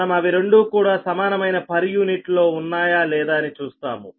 మనం అవి రెండూ కూడా సమానమైన పర్ యూనిట్ లో ఉన్నాయా లేదా అని చూస్తాము